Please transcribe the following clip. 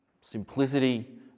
simplicity